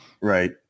right